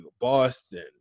Boston